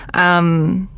um,